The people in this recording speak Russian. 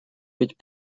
быть